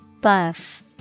Buff